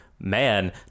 man